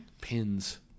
pins